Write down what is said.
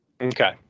Okay